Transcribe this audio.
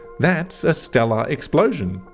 that's a stellar explosion.